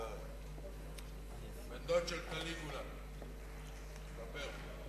בן-דוד של קליגולה מדבר.